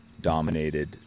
dominated